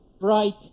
Bright